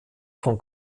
von